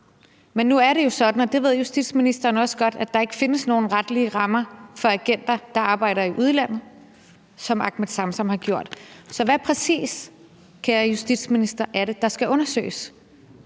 Men nu er det jo sådan, og det ved justitsministeren også godt, at der ikke findes nogen retlige rammer for agenter, der arbejder i udlandet, som Ahmed Samsam har gjort det. Så hvad præcis, kære justitsminister, er det, der skal undersøges?